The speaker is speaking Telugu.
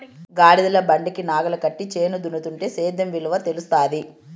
కాడెద్దుల బండికి నాగలి కట్టి చేను దున్నుతుంటే సేద్యం విలువ తెలుస్తాది